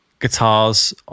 Guitars